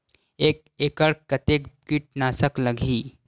एक एकड़ कतेक किट नाशक लगही?